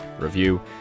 review